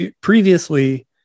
previously